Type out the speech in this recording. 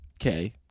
Okay